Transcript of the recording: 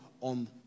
on